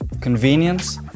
convenience